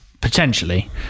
potentially